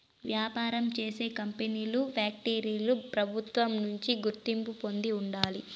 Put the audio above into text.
వ్యాపారం చేసే కంపెనీలు ఫ్యాక్టరీలు ప్రభుత్వం నుంచి గుర్తింపు పొంది ఉండాలి